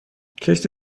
کشت